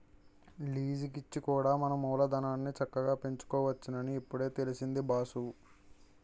లీజికిచ్చి కూడా మన మూలధనాన్ని చక్కగా పెంచుకోవచ్చునని ఇప్పుడే తెలిసింది బాసూ